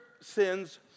sins